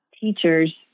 teachers